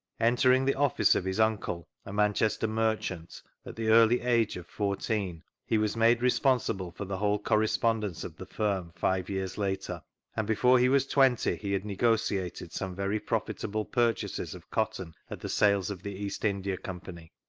entering the office of his uncle, a manchester merchant, at the early age of fourteen, he was made nesponsible for the whole correspondence of the firm five years later and before he was twenty he had negotiated some very profitable purchases of cotton at the sales of the east india company.